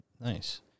Nice